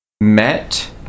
met